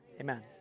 Amen